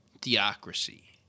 theocracy